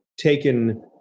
taken